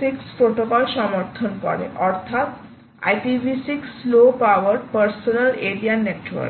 6 protocol সমর্থন করে অর্থাৎ IPv6 low power personal area network